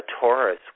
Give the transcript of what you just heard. Taurus